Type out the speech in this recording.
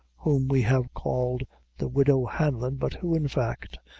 whom we have called the widow hanlon, but who, in fact,